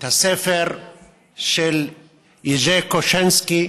את הספר של יז'י קושינסקי,